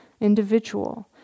Individual